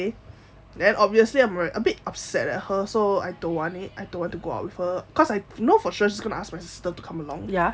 then obviously I'm a bit upset at her so I don't want it I don't want to go out with her cause I know for sure she's just gonna ask my sister to come along